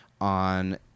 on